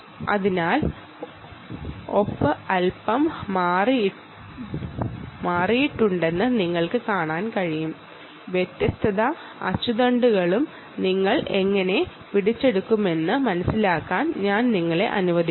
അതിനാൽ സിഗ്നേച്ചർ അല്പം മാറിയിട്ടുണ്ടെന്ന് നിങ്ങൾക്ക് കാണാൻ കഴിയും വ്യത്യസ്ത ആക്സിസുകളും നിങ്ങൾ എങ്ങനെ പിടിച്ചെടുക്കുമെന്ന് മനസിലാക്കാൻ ഞാൻ നിങ്ങളെ അനുവദിക്കുന്നു